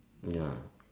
ya